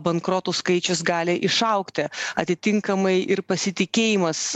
bankrotų skaičius gali išaugti atitinkamai ir pasitikėjimas